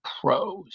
pros